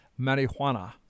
marijuana